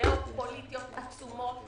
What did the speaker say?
גיאו פוליטיות עצומות,